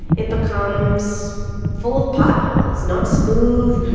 it becomes full of potholes, not smooth.